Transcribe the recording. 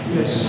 Yes